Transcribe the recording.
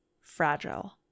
Fragile